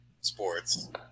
sports